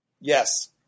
Yes